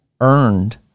earned